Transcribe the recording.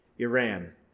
Iran